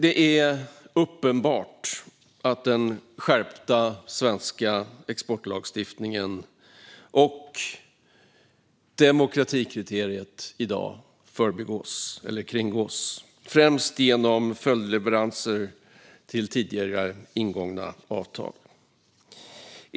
Det är uppenbart att den skärpta svenska exportlagstiftningen och demokratikriteriet i dag kringgås, främst genom följdleveranser till tidigare ingångna avtal.